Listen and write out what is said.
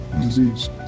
disease